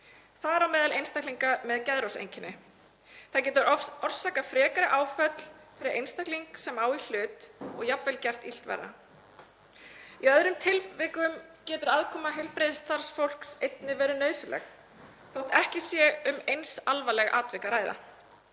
þar á meðal einstaklinga með geðrofseinkenni. Það getur orsakað frekari áföll fyrir einstakling sem á í hlut og jafnvel gert illt verra. Í öðrum tilvikum getur aðkoma heilbrigðisstarfsfólks einnig verið nauðsynleg þótt ekki sé um eins alvarleg atvik að ræða.